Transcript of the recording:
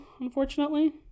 unfortunately